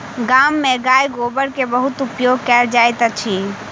गाम में गाय गोबर के बहुत उपयोग कयल जाइत अछि